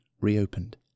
reopened